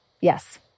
yes